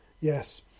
Yes